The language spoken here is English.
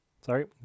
Sorry